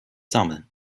sammeln